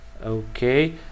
Okay